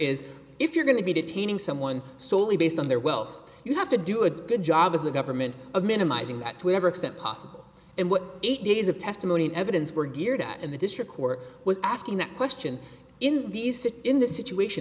is if you're going to be detaining someone solely based on their wealth you have to do a good job as the government of minimizing that to ever extent possible and what eight days of testimony and evidence were geared to and the district court was asking that question in these sit in the situation